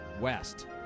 West